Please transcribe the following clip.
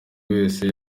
wese